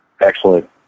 excellent